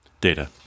Data